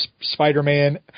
Spider-Man